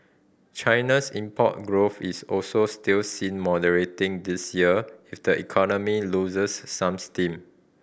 China's import growth is also still seen moderating this year if the economy loses some steam